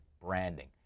branding